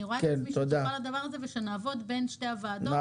אני רואה את עצמי שותפה לדבר הזה ושנעבוד בין שתי הוועדות,